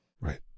right